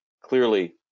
Clearly